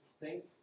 thanks